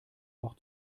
auch